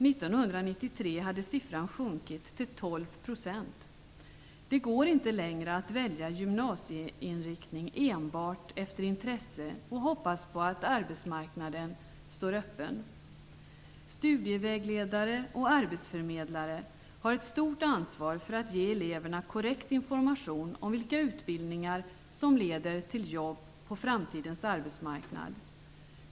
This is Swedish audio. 1993 hade siffran sjunkit till 12 %. Det går inte längre att välja gymnasieinriktning enbart efter intresse och hoppas på att arbetsmarknaden står öppen. Studievägledare och arbetsförmedlare har ett stort ansvar för att ge eleverna korrekt information om vilka utbildningar som leder till jobb på framtidens arbetsmarknad.